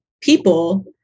people